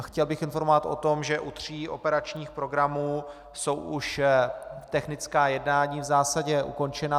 Chtěl bych informovat o tom, že u tří operačních programů jsou už technická jednání v zásadě ukončena.